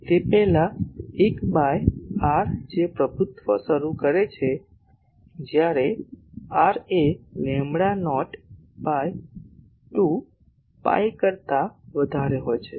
તે પેહલા 1 by r જે પ્રભુત્વ શરૂ કરે છે જ્યારે r એ લેમ્બડા નોટ બાય 2 પાઈ કરતાં વધારે હોય છે